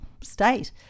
state